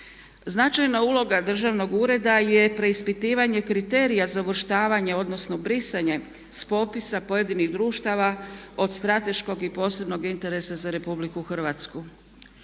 Značajna uloga državnog ureda je preispitivanje kriterija za uvrštavanje odnosno brisanje s popisa pojedinih društava od strateškog i posebnog interesa za RH.